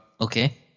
okay